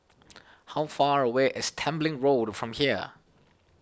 how far away is Tembeling Road from here